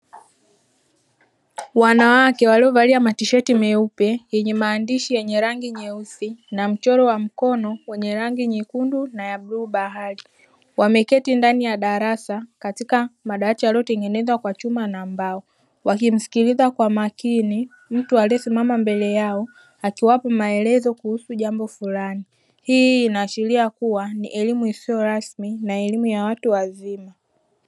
Wanawake waliovalia matisheti meupe yenye maandishi yenye rangi nyeusi na mchoro wa mkono wenye rangi nyekundu na ya bluu bahari, wameketi ndani ya darasa katika madawati yaliyotengenezwa kwa chuma na mbao wakimsikiliza kwa makini mtu aliyesimama mbele yao akiwapa maelezo kuhusu jambo fulani, hii inaashiria kuwa ni elimu isiyo rasmi na elimu ya watu wazima.